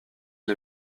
les